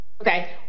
okay